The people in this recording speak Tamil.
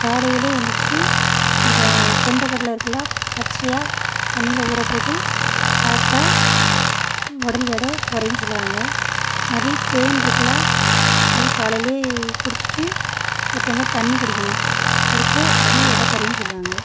காலையில் எழுந்துருச்சி அந்த கொண்டக்கடலை இருக்கில்ல பச்சையாக தண்ணியில் ஊற போட்டு சாப்பிட்டா உடல் எடை குறையுன்னு சொல்லுவாங்க மறுபடி தேன் இருக்கில்ல அது காலையில் குடித்துட்டு ஒரு டம்ளர் தண்ணி குடிக்கணும் குடித்தா அதுவும் எடை குறையுன்னு சொல்லுவாங்க